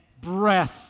breath